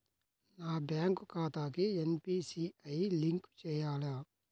నా బ్యాంక్ ఖాతాకి NPCI link చేయాలా?